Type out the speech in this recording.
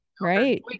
Right